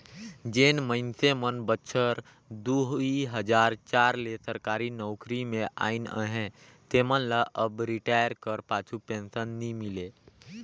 जेन मइनसे मन बछर दुई हजार चार ले सरकारी नउकरी में अइन अहें तेमन ल अब रिटायर कर पाछू पेंसन नी मिले